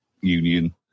Union